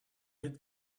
had